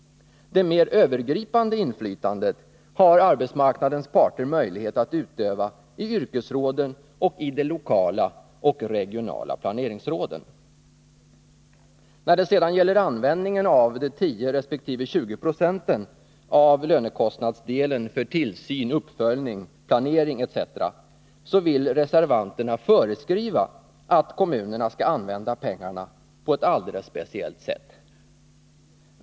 Det mer övergripande inflytandet har arbetsmarknadens parter möjlighet att utöva i yrkesråden och i de lokala och regionala planeringsråden. När det sedan gäller användningen av de 10 resp. 20 procenten av lönekostnadsdelen för tillsyn, uppföljning, planering etc. vill reservanterna föreskriva att kommunerna skall använda pengarna på ett alldeles speciellt sätt.